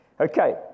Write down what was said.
Okay